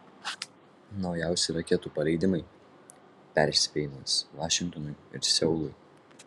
naujausi raketų paleidimai perspėjimas vašingtonui ir seului